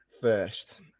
first